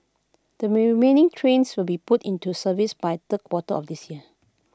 the remaining trains will be put into service by third quarter of this year